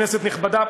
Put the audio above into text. כנסת נכבדה,